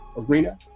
arena